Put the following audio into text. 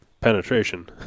penetration